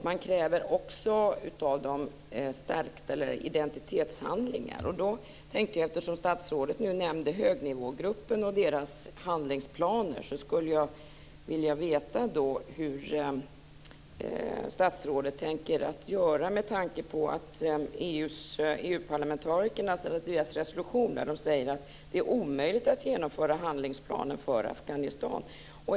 Man kräver också stärkta identitetshandlingar av dem. Eftersom statsrådet nämnde högnivågruppen och dess handlingsplaner, skulle jag vilja veta hur statsrådet tänker göra med tanke på EU-parlamentarikernas resolution där de säger att det är omöjligt att genomföra handlingsplaner för Afghanistan.